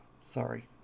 Sorry